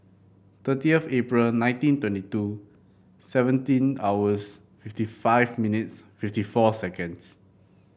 thirtieth April nineteen twenty two seventeen hours fifty five minutes fifty four seconds